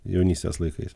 jaunystės laikais